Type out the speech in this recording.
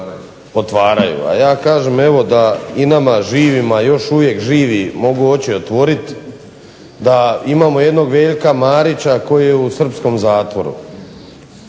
otvaraju. A ja kažem evo da i nama živima još uvijek živi mogu oči otvoriti, da imamo jednog Veljka Marića koji je u srpskom zatvoru,